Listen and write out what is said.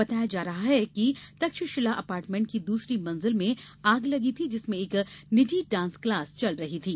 बताया जा रहा है कि तक्षशिला अपार्टमेंट की दूसरी मंजिल में आग लगी थी जिसमें एक निजी डांस क्लास चल रही थी